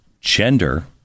gender